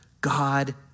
God